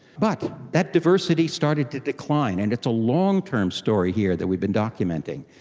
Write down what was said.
but that diversity started to decline, and it's a long-term story here that we've been documenting.